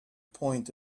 point